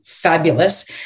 Fabulous